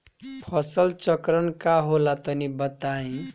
फसल चक्रण का होला तनि बताई?